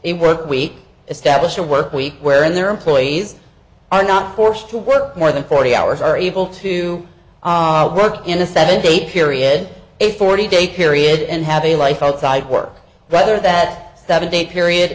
it work week establish a work week where in their employees are not forced to work more than forty hours are able to work in a seven day period a forty day period and have a life outside work whether that seven day period